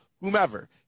whomever